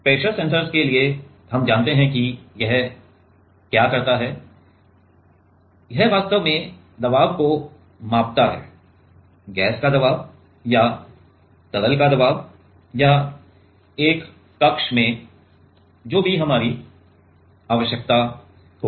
pressure sensors के लिए हम जानते हैं कि यह क्या करता है यह वास्तव में दबाव को मापता है गैस का दबाव या तरल का दबाव या एक कक्ष में जो भी हमारी आवश्यकता हो